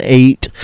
eight